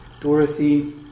Dorothy